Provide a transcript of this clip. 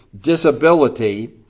disability